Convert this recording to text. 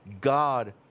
God